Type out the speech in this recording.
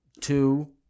two